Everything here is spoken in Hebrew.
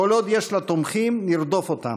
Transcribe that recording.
כל עוד יש לה תומכים, נרדוף אותם.